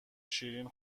شیرین